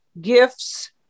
gifts